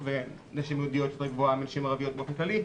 ונשים יהודיות שיותר גבוהה מנשים ערביות באופן כללי,